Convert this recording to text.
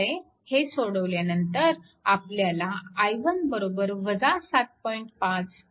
त्यामुळे हे सोडवल्यानंतर आपल्याला i1 7